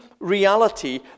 Reality